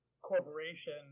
corporation